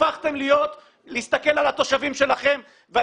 הפכתם להסתכל על התושבים שלכם ועל